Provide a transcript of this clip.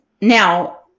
Now